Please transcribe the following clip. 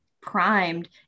primed